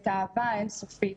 את האהבה האין-סופית,